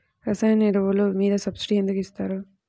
రసాయన ఎరువులు మీద సబ్సిడీ ఎందుకు ఇస్తారు?